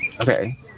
Okay